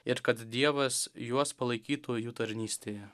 ir kad dievas juos palaikytų jų tarnystėje